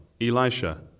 Elisha